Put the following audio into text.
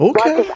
Okay